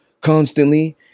constantly